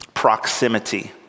proximity